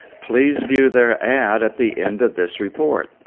please view their ad at the end of this report.